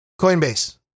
Coinbase